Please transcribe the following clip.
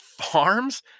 farms